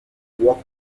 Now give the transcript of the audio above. work